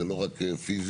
זה לא רק פיזית,